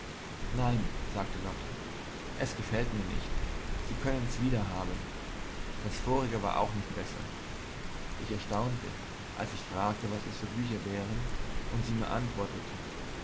nein sagte lotte es gefällt mir nicht sie können's wiederhaben das vorige war auch nicht besser ich erstaunte als ich fragte was es für bücher wären und sie mir antwortete